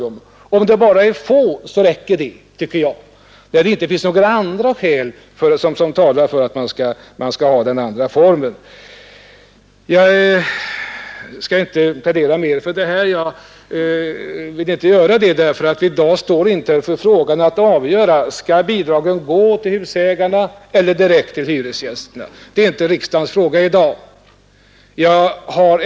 Även om det bara är få fall av försummelser så räcker det, tycker jag, därest det inte finns andra skäl som talar för att man skall behålla den nuvarande utbetalningsformen. Jag skall inte plädera mer för detta. Riksdagen har inte i dag att avgöra frågan om bidraget skall gå till husägarna eller direkt till hyresgästerna.